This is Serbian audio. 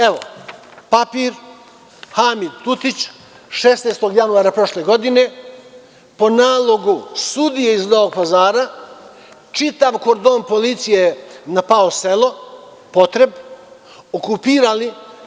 Evo papir, Hamid Tutić, 16. januara prošle godine, po nalogu sudije iz Novog Pazara čitav kordon policije je napao selo Potreb i okupirali.